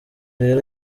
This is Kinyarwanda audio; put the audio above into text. rero